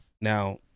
Now